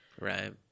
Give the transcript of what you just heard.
Right